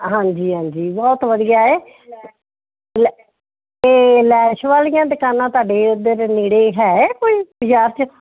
ਹਾਂਜੀ ਹਾਂਜੀ ਬਹੁਤ ਵਧੀਆ ਹੈ ਅਤੇ ਲੈਸ਼ ਵਾਲੀਆਂ ਦੁਕਾਨਾਂ ਤੁਹਾਡੇ ਉਧਰ ਨੇੜੇ ਹੈ ਕੋਈ ਬਜ਼ਾਰ 'ਚ